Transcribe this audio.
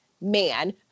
man